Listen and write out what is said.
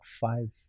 five